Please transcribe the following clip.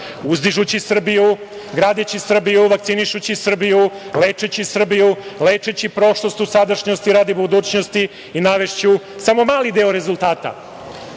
uzdižući Srbiju, gradeći Srbiju, vakcinišući Srbiju, lečeći Srbiju, lečeći prošlost od sadašnjosti radi budućnosti i navešću samo mali deo